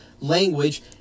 language